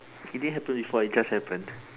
it didn't happen before it just happened